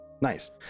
Nice